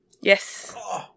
Yes